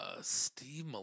Steve